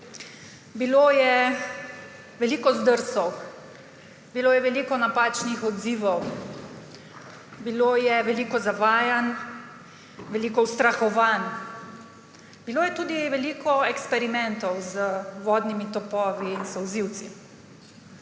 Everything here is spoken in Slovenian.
Bilo je veliko zdrsov, bilo je veliko napačnih odzivov, bilo je veliko zavajanj, veliko ustrahovanj. Bilo je tudi veliko eksperimentov z vodnimi topovi in solzivci.